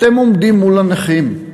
אתם עומדים מול הנכים,